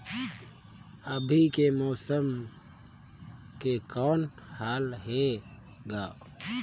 अभी के मौसम के कौन हाल हे ग?